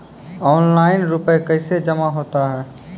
Online रुपये कैसे जमा होता हैं?